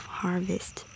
harvest